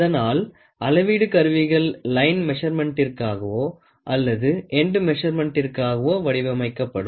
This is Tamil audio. அதனால் அளவீடு கருவிகள் லைன் மெசர்மென்டிற்காகவோ அல்லது எண்டு மெசர்மென்டிற்காகவோ வடிவமைக்கப்படும்